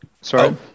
sorry